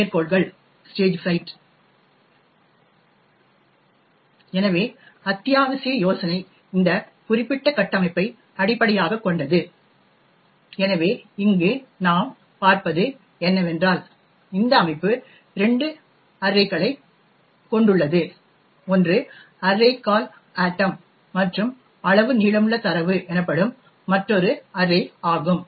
மேற்கோள்கள் ஸ்டேஜ்ஃபிரைட் எனவே அத்தியாவசிய யோசனை இந்த குறிப்பிட்ட கட்டமைப்பை அடிப்படையாகக் கொண்டது எனவே இங்கு நாம் பார்ப்பது என்னவென்றால் இந்த அமைப்பு 2 அர்ரேகளை கொண்டுள்ளது ஒன்று அர்ரே கால் அட்டம் மற்றும் அளவு நீளமுள்ள தரவு எனப்படும் மற்றொரு அர்ரே ஆகும்